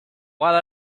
while